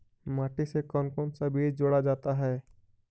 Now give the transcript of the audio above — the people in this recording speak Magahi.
माटी से कौन कौन सा बीज जोड़ा जाता है?